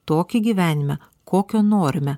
tokį gyvenimą kokio norime